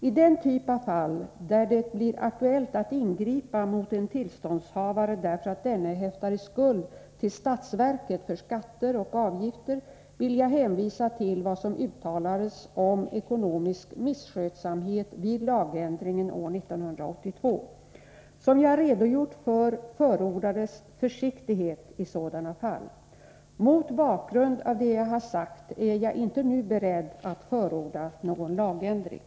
I den typ av fall där det blir aktuellt att ingripa mot en tillståndshavare därför att denne häftar i skuld till statsverket för skatter och avgifter, vill jag hänvisa till vad som uttalades om ekonomisk misskötsamhet vid lagändringen år 1982. Som jag har redogjort för, förordades försiktighet i sådana fall. Mot bakgrund av det jag har sagt är jag inte nu beredd att förorda någon lagändring.